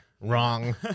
Wrong